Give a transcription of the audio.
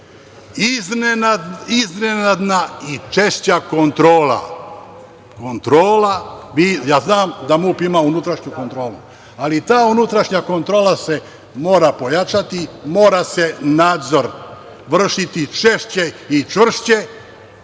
Iznenadna i češća kontrola. Ja znam da MUP ima unutrašnju kontrolu, ali ta unutrašnja kontrola se mora pojačati, mora se nadzor vršiti češće i čvršće